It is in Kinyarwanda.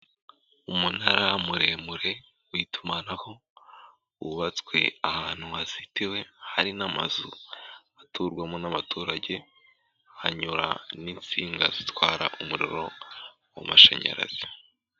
Umunara muremure w'itumanaho, wubatswe ahantu hazitiwe, hari n'amazu aturwamo n'abaturage, hanyura n'insinga zitwara umuriro w'amashanyarazi.